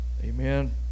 Amen